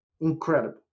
Incredible